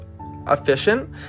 efficient